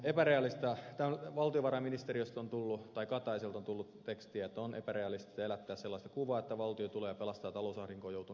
valtiovarainministeriöstä tai kataiselta on tullut tekstiä että on epärealistista elättää sellaista kuvaa että valtio tulee ja pelastaa talousahdinkoon joutuneet kunnat